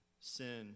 sin